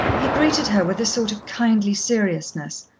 he greeted her with a sort of kindly seriousness,